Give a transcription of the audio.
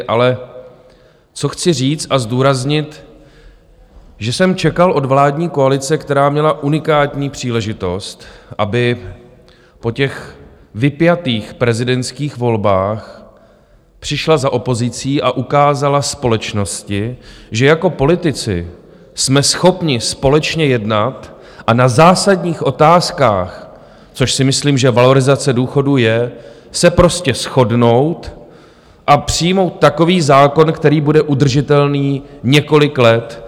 Ale co chci říct a zdůraznit, že jsem čekal od vládní koalice, která měla unikátní příležitost, aby po těch vypjatých prezidentských volbách přišla za opozicí a ukázala společnosti, že jako politici jsme schopni společně jednat a na zásadních otázkách, což si myslím, že valorizace důchodů je, se prostě shodnout a přijmout takový zákon, který bude udržitelný několik let.